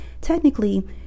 technically